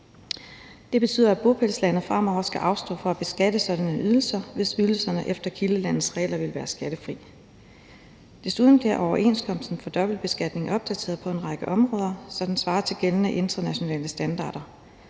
Det betyder, at bopælslandet fremover skal afstå fra at beskatte sådanne ydelser, hvis ydelserne efter kildelandets regler ville være skattefri. Desuden bliver overenskomsten for dobbeltbeskatning opdateret på en række områder, så den svarer til gældende internationale standarder.